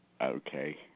Okay